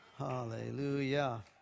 Hallelujah